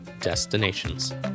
destinations